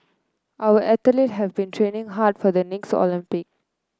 our athlete have been training hard for the next Olympic